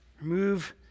Remove